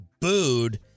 booed